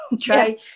try